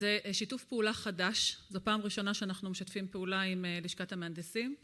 זה שיתוף פעולה חדש, זו פעם ראשונה שאנחנו משתפים פעולה עם לשכת המהנדסים